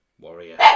Warrior